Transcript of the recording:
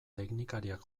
teknikariak